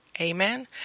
Amen